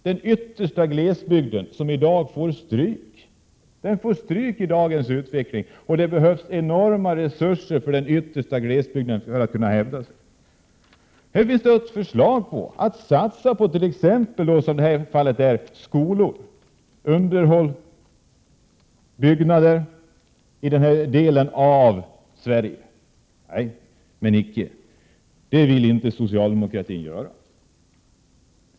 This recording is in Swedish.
Den yttersta glesbygden tar i dag stryk av utvecklingen och den behöver enorma resurser för att kunna hävda sig. Vi föreslår att man skall satsa på t.ex. skolor och underhåll av skolbyggnader i denna del av Sverige. Men icke, det vill inte socialdemokraterna göra.